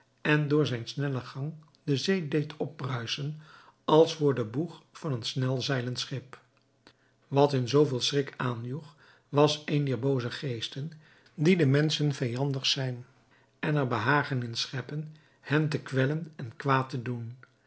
en door zijn snellen gang de zee deed opbruisen als voor den boeg van een snel zeilend schip wat hun zoo veel schrik aanjoeg was een dier booze geesten die den menschen vijandig zijn en er behagen in scheppen hen te kwellen en kwaad te doen